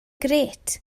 grêt